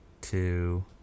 two